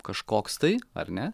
kažkoks tai ar ne